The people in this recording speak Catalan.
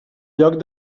lloc